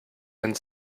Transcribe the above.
and